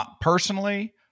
personally